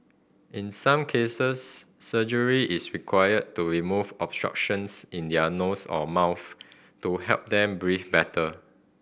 in some cases surgery is required to remove obstructions in their nose or mouth to help them breathe better